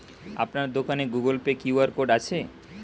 আপনার দোকানে Google Pay QR code আছে?